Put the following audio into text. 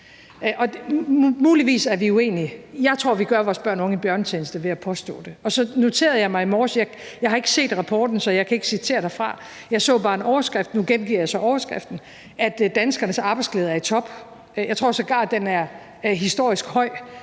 Muligvis er vi uenige. Jeg tror, vi gør vores børn og unge en bjørnetjeneste ved at påstå det. Så noterede jeg mig noget i morges. Jeg har ikke set rapporten, så jeg kan ikke citere derfra. Jeg så bare en overskrift, og nu gengiver jeg så overskriften, nemlig at danskernes arbejdsglæde er i top. Jeg tror sågar, at den er historisk høj,